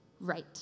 Right